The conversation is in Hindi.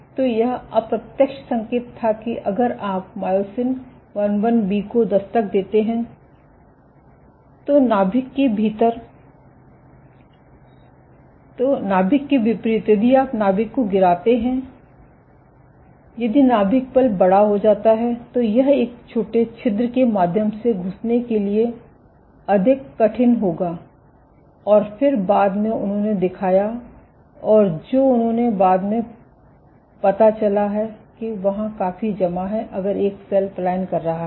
तो यह अप्रत्यक्ष संकेत था कि अगर आप मायोसिन IIB को दस्तक देते हैं तो नाभिक के विपरीत यदि आप नाभिक को गिराते हैं यदि नाभिक बड़ा हो जाता है तो यह एक छोटे छिद्र के माध्यम से घुसने के लिए अधिक कठिन होगा और फिर बाद में उन्होंने दिखाया और जो उन्हें बाद में पता चला है कि वहाँ काफी जमा है अगर एक सेल पलायन कर रहा है